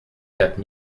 quatre